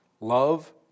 Love